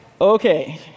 Okay